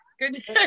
Good